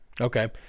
Okay